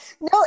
no